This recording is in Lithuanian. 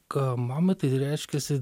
ką mamai tai reiškiasi